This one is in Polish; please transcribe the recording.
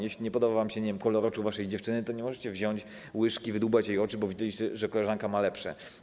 Jeśli nie podoba wam się, nie wiem, kolor oczu waszej dziewczyny, to nie możecie wziąć łyżki i wydłubać jej oczu, bo widzieliście, że koleżanka ma lepsze.